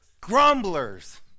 Grumblers